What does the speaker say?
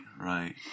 right